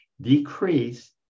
decrease